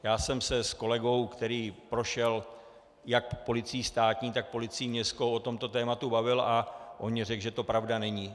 Já jsem se s kolegou, který prošel jak policií státní, tak policií městskou, o tomto tématu bavil a on mně řekl, že to pravda není.